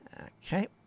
Okay